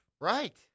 Right